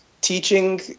teaching